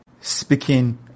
speaking